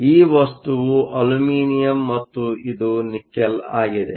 ಆದ್ದರಿಂದ ಈ ವಸ್ತುವು ಅಲ್ಯೂಮಿನಿಯಂ ಮತ್ತು ಇದು ನಿಕಲ್ ಆಗಿದೆ